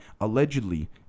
allegedly